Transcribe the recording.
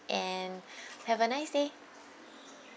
and have a nice day